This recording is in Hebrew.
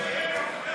הוא מציין עובדה.